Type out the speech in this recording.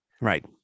Right